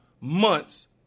months